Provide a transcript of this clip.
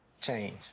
change